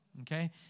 okay